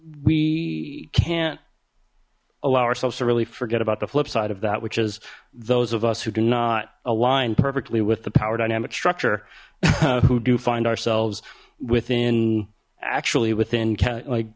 we can't allow ourselves to really forget about the flip side of that which is those of us who do not align perfectly with the power dynamic structure who do find ourselves within actually within like